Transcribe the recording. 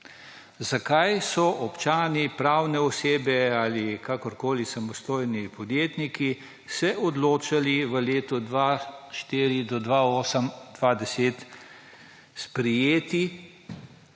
zakaj so občani, pravne osebe ali kakorkoli, samostojni podjetniki se odločali v letih 2004 do 2008, 2010 sprejeti